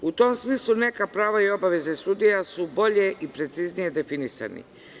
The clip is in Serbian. U tom smislu neka prava i obaveze sudija su bolje i preciznije definisani.